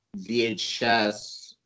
VHS